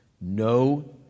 no